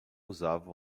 usava